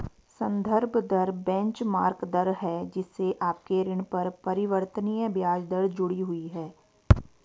संदर्भ दर बेंचमार्क दर है जिससे आपके ऋण पर परिवर्तनीय ब्याज दर जुड़ी हुई है